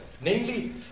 Namely